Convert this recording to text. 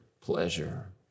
pleasure